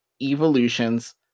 evolutions